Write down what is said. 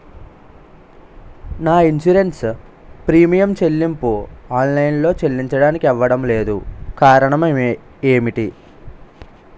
నా insurance premium చెల్లింపు online లో చెల్లించడానికి అవ్వడం లేదు కారణం ఏమిటి?